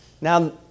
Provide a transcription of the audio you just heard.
Now